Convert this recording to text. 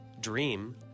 dream